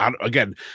again